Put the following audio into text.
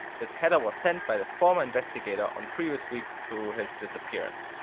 this header was sent by the former investigator on previous week to his disappearance.